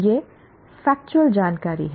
ये फेक्चुअल जानकारी है